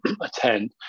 attend